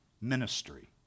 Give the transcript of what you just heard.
ministry